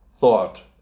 thought